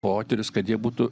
potyrius kad jie būtų